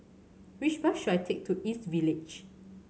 which bus should I take to East Village